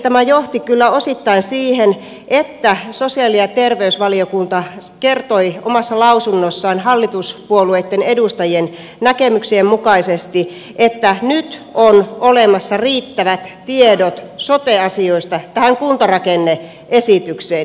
tämä johti kyllä osittain siihen että sosiaali ja terveysvaliokunta kertoi omassa lausunnossaan hallituspuolueitten edustajien näkemyksien mukaisesti että nyt on olemassa riittävät tiedot sote asioista tähän kuntarakenne esitykseen